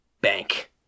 bank